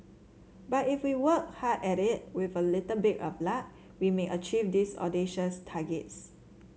but if we work hard at it with a little bit of luck we may achieve these audacious targets